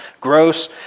gross